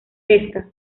pesca